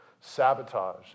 sabotage